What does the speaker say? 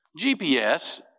GPS